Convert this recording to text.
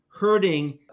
hurting